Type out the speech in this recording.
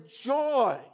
joy